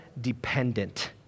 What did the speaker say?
dependent